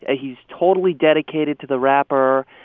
ah he's totally dedicated to the rapper.